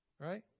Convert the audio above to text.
right